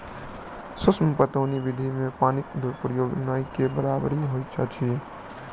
सूक्ष्म पटौनी विधि मे पानिक दुरूपयोग नै के बरोबरि होइत अछि